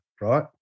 right